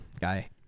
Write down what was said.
guy